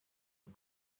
but